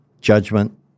judgment